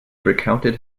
recounted